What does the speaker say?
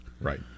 Right